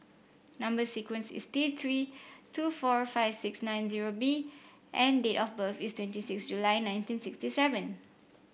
number sequence is T Three two four five six nine zero B and date of birth is twenty six July nineteen sixty seven